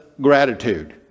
gratitude